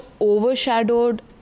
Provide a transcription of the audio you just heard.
overshadowed